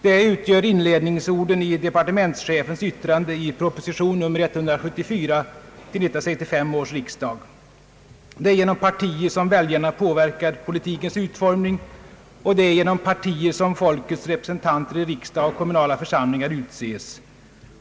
Det utgör inledningsorden i departementschefens yttrande i proposition nr 174 till 1965 års riksdag. Det är genom partier som väljarna påverkar politikens utformning, och det är genom partier som folkets representanter i riksdag och kommunala församlingar utses.